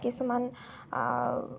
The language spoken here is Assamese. কিছুমান